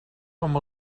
com